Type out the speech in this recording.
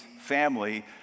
family